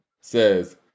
says